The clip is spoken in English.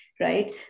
right